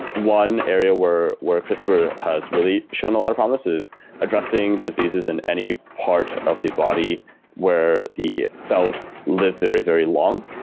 one area where where crispr has really shown a lot of promise is addressing diseases in any part of the body where the cells live very, very long,